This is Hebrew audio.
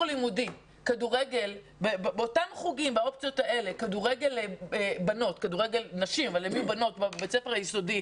לימודי במסגרת אותם חוגים בבית הספר היסודי,